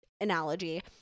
analogy